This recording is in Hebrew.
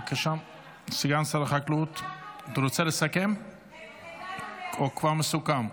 סגן שר החקלאות, אתה רוצה לסכם או כבר מסוכם?